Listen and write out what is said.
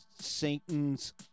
Satan's